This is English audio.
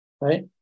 right